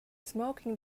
smoking